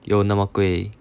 又那么贵